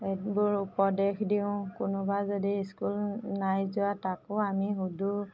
এইবোৰ উপদেশ দিওঁ কোনোবা যদি স্কুল নাই যোৱা তাকো আমি সোধো